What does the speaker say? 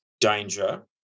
danger